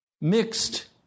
mixed